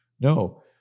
No